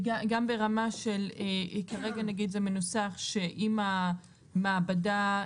כרגע זה מנוסח שאם המעבדה,